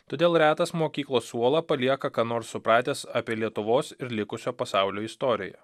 todėl retas mokyklos suolą palieka ką nors supratęs apie lietuvos ir likusio pasaulio istoriją